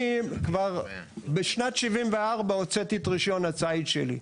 אני כבר בשנת 74' הוצאתי את רישיון הציד שלי,